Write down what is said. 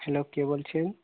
hello কে বলছেন